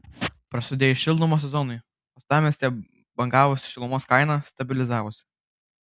prasidėjus šildymo sezonui uostamiestyje bangavusi šilumos kaina stabilizavosi